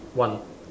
one